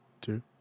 two